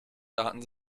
daten